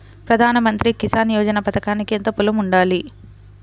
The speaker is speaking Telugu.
ప్రధాన మంత్రి కిసాన్ యోజన పథకానికి ఎంత పొలం ఉండాలి?